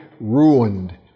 ruined